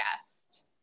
guest